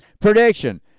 Prediction